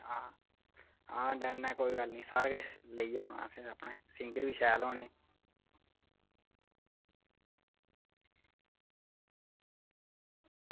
आं आं डन ऐ कोई गल्ल निं सारा किश लेइयै औना सिंगर बी शैल होने